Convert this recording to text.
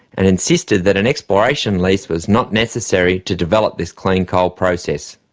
and insisted that an exploration lease was not necessary to develop this clean coal process.